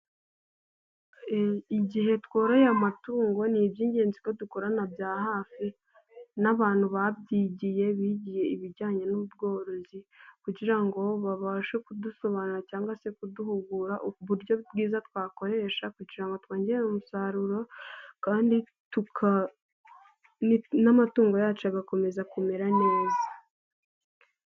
Igihe tworoye amatungo, ni iby'ingenzi ko dukorana bya hafi n'abantu babyigiye, bigiye ibijyanye n'ubworozi kugira ngo babashe kudusobanura cyangwa se kuduhugura, uburyo bwiza twakoresha kugira ngo twongere umusaruro kandi n'amatungo yacu agakomeza kumera neza.